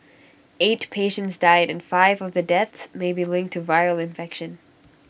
eight patients died and five of the deaths may be linked to viral infection